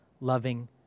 loving